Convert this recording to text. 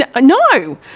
no